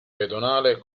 pedonale